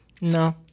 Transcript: No